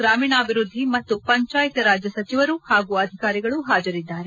ಗ್ರಾಮೀಣಾಭಿವೃದ್ದಿ ಮತ್ತು ಪಂಚಾಯತ್ ರಾಜ್ ಸಚಿವರು ಹಾಗೂ ಅಧಿಕಾರಿಗಳು ಹಾಜರಿದ್ದಾರೆ